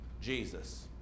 Jesus